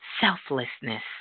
selflessness